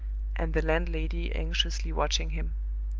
and the landlady anxiously watching him.